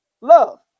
love